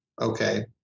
Okay